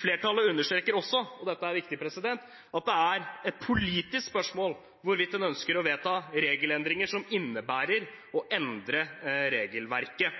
Flertallet understreker også, og dette er viktig, at det er et politisk spørsmål hvorvidt en ønsker å vedta regelendringer som innebærer å endre regelverket.